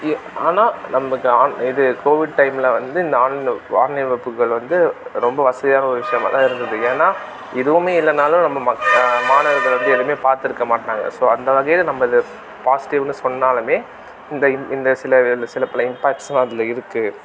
ஆனால் நமக்கு இது கோவிட் டைமில் வந்து இந்த ஆன்லைன் ஆன்லைன் வகுப்புகள் வந்து ரொம்ப வசதியான ஒரு விஷயமா தான் இருந்தது ஏன்னா எதுவுமே இல்லைன்னாலும் நம்ம மாணவர்கள் வந்து எதுவுமே பார்த்துருக்க மாட்டாங்க ஸோ அந்த வகையில் நம்ம இதை பாஸிடிவ்னு சொன்னாலுமே இந்த இந்த சில சில பல இம்பேக்ட்ஸுலாம் அதில் இருக்குது